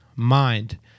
mind